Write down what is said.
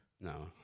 No